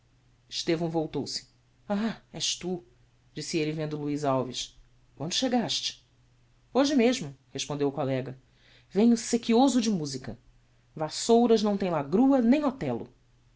estevão voltou-se ah és tu disse elle vendo luiz alves quando chegaste hoje mesmo respondeu o collega venho sequioso de musica vassouras não tem lagrua nem othello